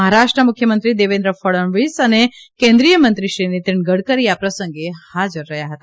મહારાષ્ટ્રના મુખ્યમંત્રી દેવેન્દ્ર ફડણવીસ અને કેન્દ્રિથમંત્રીશ્રી નિતીન ગડકરી આ પ્રસંગે હાજર રહ્યા હતા